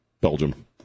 Belgium